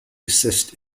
assist